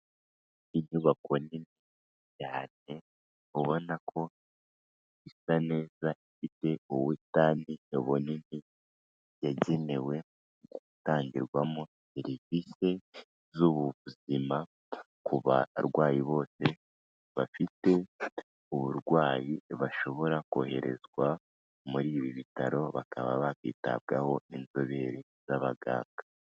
Inyubako nini cyane ubonako isa neza ifite ubusitani buboneye yagenewe gutangirwamo serivisi z'ubuvuzima ku barwayi bose bafite uburwayi bashobora koherezwa muri ibi bitaro bakaba bakwitabwaho n'inzobere z'abaganga.